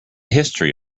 history